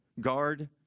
Guard